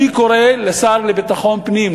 אני קורא לשר לביטחון הפנים,